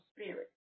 spirit